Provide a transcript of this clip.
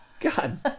God